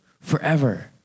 forever